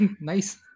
Nice